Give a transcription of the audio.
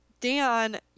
Dan